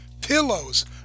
pillows